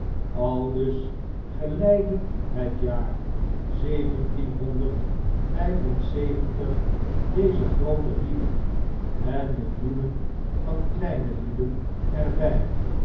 aldus gede postwagen leidde het jaar zeventienhonderd vjjf en zeventig deze groote lieden en millioenen van kleine lieden er